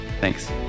Thanks